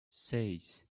seis